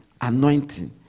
anointing